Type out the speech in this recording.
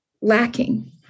lacking